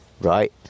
right